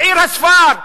בעיר הספר,